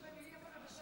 מאיים עליי,